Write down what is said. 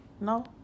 No